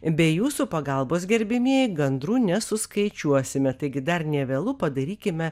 be jūsų pagalbos gerbiamieji gandrų nesuskaičiuosime taigi dar nevėlu padarykime